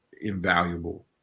invaluable